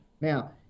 Now